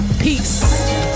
Peace